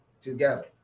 together